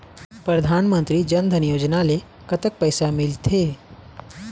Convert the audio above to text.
परधानमंतरी जन धन योजना ले कतक पैसा मिल थे?